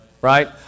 right